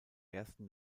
ersten